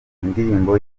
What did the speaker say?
indirimbo